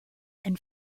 and